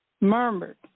murmured